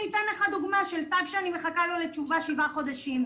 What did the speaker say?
אני אתן לך דוגמה של תג שאני מחכה לו לתשובה שבעה חודשים.